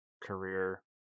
career